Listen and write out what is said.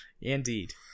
indeed